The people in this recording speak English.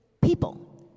people